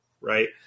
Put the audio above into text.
right